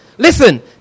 Listen